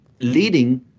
leading